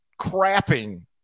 crapping